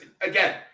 again